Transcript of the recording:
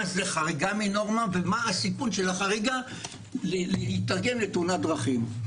זה חריגה מנורמה ומה הסיכון של החריגה להיות מתורגמת לתאונת דרכים.